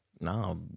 No